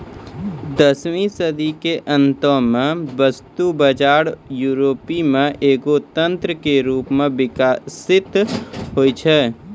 दसवीं सदी के अंतो मे वस्तु बजार यूरोपो मे एगो तंत्रो के रूपो मे विकसित होय छलै